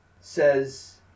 says